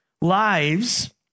lives